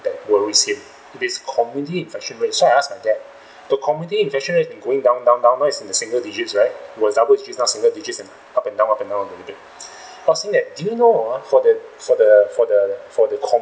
that worries him it is community infection rate so I ask my dad the community infection rate been going down down down now it's in single digits right it was double digits now single digits up and down up and down a little bit ask him that do you know uh for that for the for the for the